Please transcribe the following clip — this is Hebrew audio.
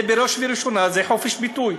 זה בראש ובראשונה חופש ביטוי.